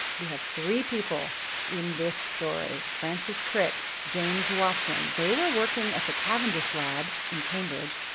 we have three people in this story francis crick, james watson. they were working at the cavendish labs in cambridge,